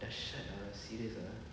dahsyat serious ah